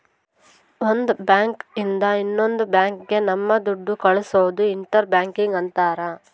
ಒಂದ್ ಬ್ಯಾಂಕ್ ಇಂದ ಇನ್ನೊಂದ್ ಬ್ಯಾಂಕ್ ಗೆ ನಮ್ ದುಡ್ಡು ಕಳ್ಸೋದು ಇಂಟರ್ ಬ್ಯಾಂಕಿಂಗ್ ಅಂತಾರ